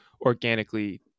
organically